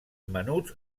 menuts